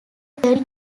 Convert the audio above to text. thirty